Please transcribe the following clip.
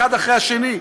אחד אחרי השני.